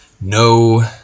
no